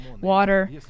water